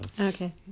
Okay